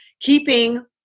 keeping